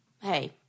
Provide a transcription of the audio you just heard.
Hey